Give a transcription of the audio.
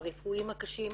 הרפואיים הקשים.